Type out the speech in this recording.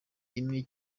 rimwe